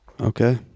Okay